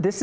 this